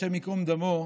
השם ייקום דמו,